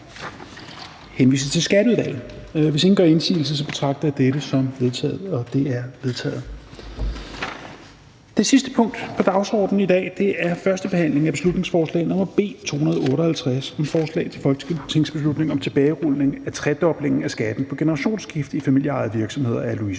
henvises til Skatteudvalget. Hvis ingen gør indsigelse, betragter jeg dette som vedtaget. Det er vedtaget. --- Det sidste punkt på dagsordenen er: 15) 1. behandling af beslutningsforslag nr. B 258: Forslag til folketingsbeslutning om tilbagerulning af tredoblingen af skatten på generationsskifte i familieejede virksomheder. Af Louise